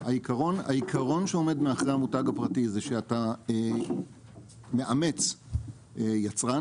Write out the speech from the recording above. העיקרון שעומד מאחורי המותג הפרטי זה שאתה מאמץ יצרן,